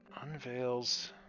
unveils